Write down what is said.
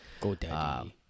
GoDaddy